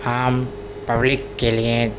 عام پبلک کے لیے